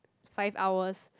five hours